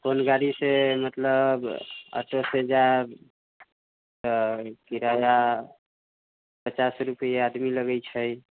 कोन गाड़ीसँ मतलब ऑटोसँ जायब तऽ किराया पचास रुपैये आदमी लगै छै